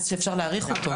אז שאפשר להאריך אותו.